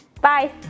Bye